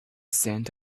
scent